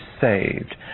saved